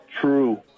true